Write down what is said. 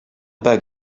bug